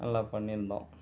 நல்லா பண்ணிருந்தோம்